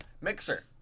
mixer